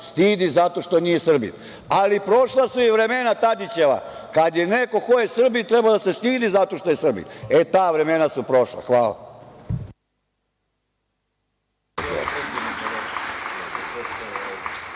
stidi zato što nije Srbin. Ali, prošla su i vremena Tadićeva kada je neko ko je Srbin trebao da se stidi zato što je Srbin, e ta vremena su prošla. Hvala.